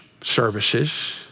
services